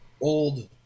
old